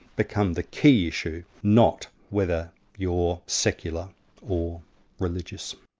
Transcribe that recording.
become the key issue, not whether you're secular or religious.